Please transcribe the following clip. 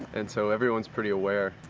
and so everyone's pretty aware